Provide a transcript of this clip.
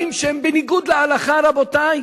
דברים שהם בניגוד להלכה, רבותי,